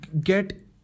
get